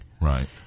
Right